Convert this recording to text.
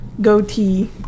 goatee